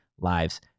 lives